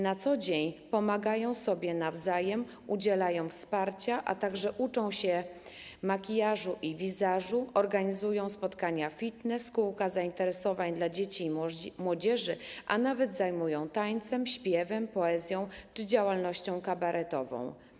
Na co dzień pomagają sobie nawzajem, udzielają wsparcia, a także uczą się makijażu i wizażu, organizują spotkania fitness, kółka zainteresowań dla dzieci i młodzieży, a nawet zajmują tańcem, śpiewem, poezją czy działalnością kabaretową.